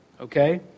Okay